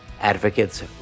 advocates